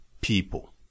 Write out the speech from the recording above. people